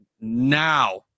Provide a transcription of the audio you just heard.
now